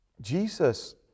Jesus